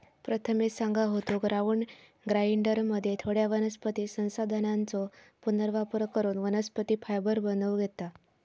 प्रथमेश सांगा होतो, ग्राउंड ग्राइंडरमध्ये थोड्या वनस्पती संसाधनांचो पुनर्वापर करून वनस्पती फायबर बनवूक येता